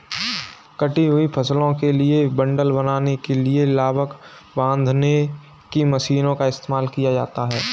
कटी हुई फसलों के बंडल बनाने के लिए लावक बांधने की मशीनों का इस्तेमाल किया जाता है